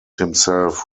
himself